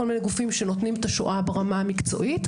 עם כל מיני גופים שנותנים את השואה ברמה המקצועית.